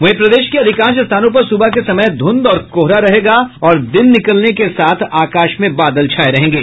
वहीं प्रदेश के अधिकांश स्थानों पर सुबह के समय ध्रंध और कोहरा रहेगा और दिन निकलने के साथ आकाश में बादल छाये रहेंगे